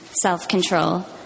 self-control